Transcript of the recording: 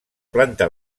planta